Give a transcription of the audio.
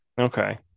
okay